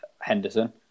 Henderson